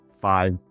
five